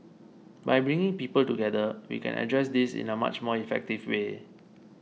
by bringing people together we can address this in a much more effective way